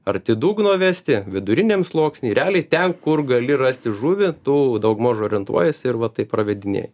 arti dugno vesti viduriniam sluoksny realiai ten kur gali rasti žuvį tu daugmaž orientuojiesi ir va taip pravedinėji